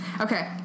Okay